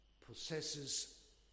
possesses